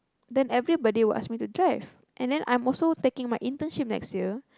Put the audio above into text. then everybody will ask me to drive and then I'm also taking my internship next year